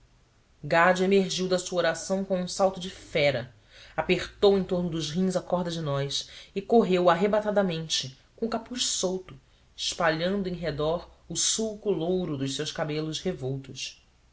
gade emergiu da sua oração com um salto de fera apertou em torno dos rins a corda de nós e correu arrebatadamente com o capuz solto espalhando em redor o sulco louro dos seus cabelos revoltos